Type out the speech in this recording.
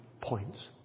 points